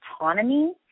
autonomy